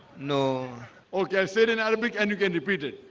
no ok, i said in arabic and you can repeat it.